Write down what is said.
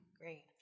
Great